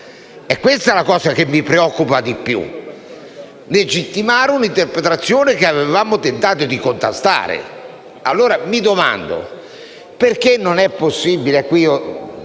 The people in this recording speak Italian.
È questo ciò che mi preoccupa di più: legittimare una interpretazione che avevamo tentato di contrastare. Mi domando perché non sia possibile